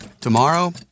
Tomorrow